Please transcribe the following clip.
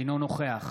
אינו נוכח